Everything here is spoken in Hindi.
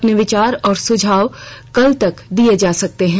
अपने विचार और सुझाव कल तक दिए जा सकते हैं